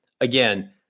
again